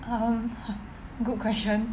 um good question